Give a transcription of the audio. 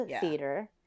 theater